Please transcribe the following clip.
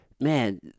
Man